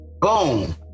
Boom